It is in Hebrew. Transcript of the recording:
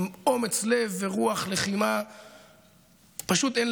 החיים, הביטחון.